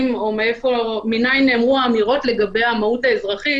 או מאין נאמרו האמירות לגבי המהו"ת האזרחית